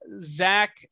Zach